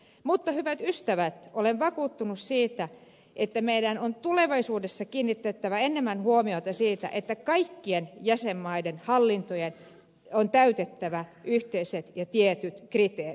mutta hyvät ystävät olen vakuuttunut siitä että meidän on tulevaisuudessa kiinnitettävä enemmän huomiota siihen että kaikkien jäsenmaiden hallinnon on täytettävä tietyt yhteiset kriteerit